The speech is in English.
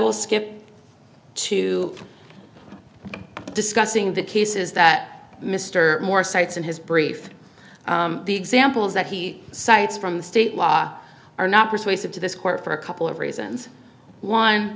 will skip to discussing the cases that mr morris cites in his brief the examples that he cites from the state law are not persuasive to this court for a couple of reasons one